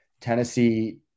Tennessee